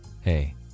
Hey